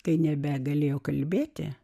kai nebegalėjo kalbėti